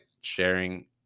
sharing